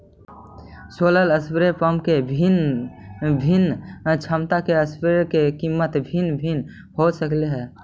solar spray pump के भिन्न भिन्न क्षमता के स्प्रेयर के कीमत भिन्न भिन्न हो सकऽ हइ